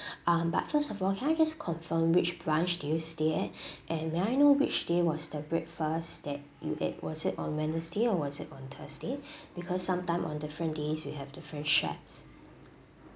um but first of all can I just confirm which branch do you stay at and may I know which day was the breakfast that you ate was it on wednesday or was it on thursday because sometime on different days we have different chefs